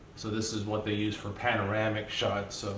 so this is what they use for panoramic shots.